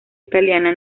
italiana